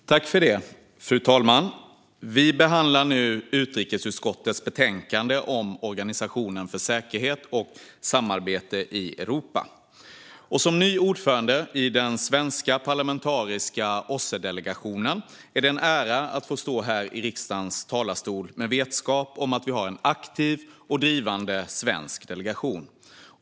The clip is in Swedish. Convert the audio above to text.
Organisationen för säkerhet och sam-arbete i Europa Fru talman! Vi behandlar nu utrikesutskottets betänkande om Organisationen för säkerhet och samarbete i Europa. Som ny ordförande i den svenska parlamentariska OSSE-delegationen är det en ära att få stå här i riksdagens talarstol med vetskap om att vi har en aktiv och drivande svensk delegation.